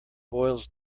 boils